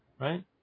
Right